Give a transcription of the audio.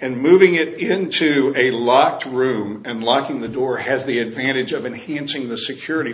and moving it into a locked room and locking the door has the advantage of unhinging the security